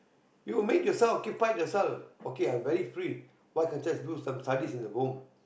you make yourself occupied yourself okay I'm very free why can't just do some studies in the home